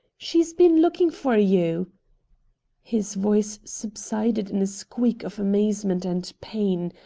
she's been looking for you his voice subsided in a squeak of amazement and pain.